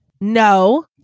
No